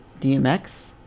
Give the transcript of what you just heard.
DMX